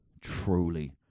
truly